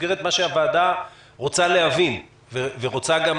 במסגרת מה שהוועדה רוצה להבין ורוצה גם